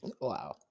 Wow